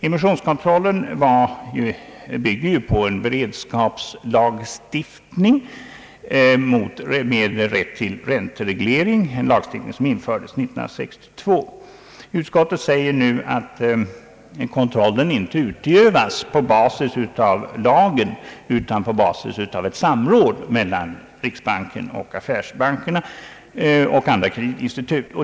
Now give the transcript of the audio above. Denna <:kontroll bygger på en beredskapslagstiftning med rätt till räntereglering, en lagstiftning som infördes år 1962. Utskottet menar nu att kontrollen inte utövas på basis av denna lag utan på grundval av ett samråd mellan riksbanken och affärsbankerna samt andra kreditinstitut.